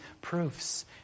proofs